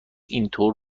اینطور